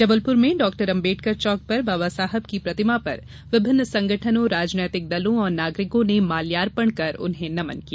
जबलप्र में डाक्टर अंबेडकर चौक पर बाबा साहब की प्रतिमा पर विभिन्न संगठनों राजनैतिक दलों और नागरिकों ने माल्यार्पण कर नमन किया